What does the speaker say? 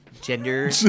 gender